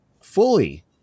fully